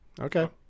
Okay